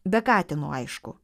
be katino aišku